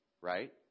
right